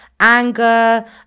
Anger